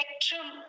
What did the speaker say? spectrum